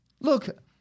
Look